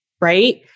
right